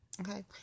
Okay